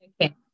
Okay